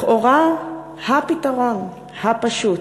לכאורה הפתרון הפשוט,